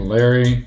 Larry